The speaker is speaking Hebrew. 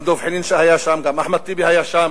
גם דב חנין היה שם, גם אחמד טיבי היה שם